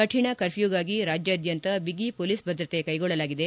ಕಠಿಣ ಕರ್ಫ್ಲೊಗಾಗಿ ರಾಜ್ವಾದ್ಯಂತ ಬಿಗಿ ಪೊಲೀಸ್ ಭದ್ರತೆ ಕೈಗೊಳ್ಳಲಾಗಿದೆ